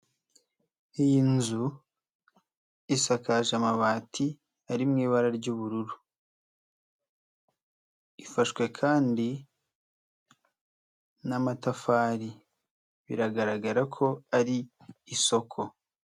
Iyi nzu isakaje amabati ari mu ibara ry'uburu, ifashwe kandi n'amatafari biragaragara ko ari isoko.